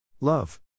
Love